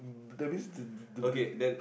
that means the the the the